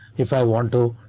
if i want to,